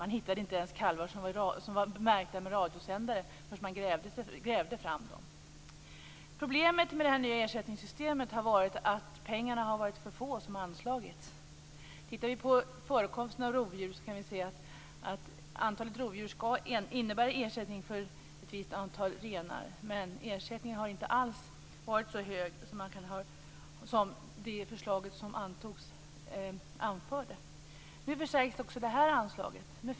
Man hittade inte ens kalvar som var märkta med radiosändare förrän man grävde fram dem. Problemet med det nya ersättningssystemet har varit att för lite pengar har anslagits. Tittar vi på förekomsten av rovdjur kan vi se att antalet rovdjur innebär ersättning för ett visst antal renar. Men ersättningen har inte alls varit så hög som man anförde i det förslag som antogs.